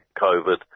COVID